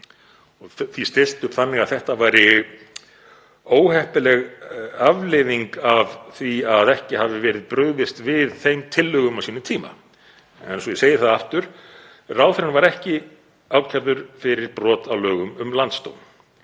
og því stillt upp þannig að það væri óheppileg afleiðing af því að ekki hefði verið brugðist við þeim tillögum á sínum tíma. En svo ég segi það aftur: Ráðherrann var ekki ákærður fyrir brot á lögum um landsdóm.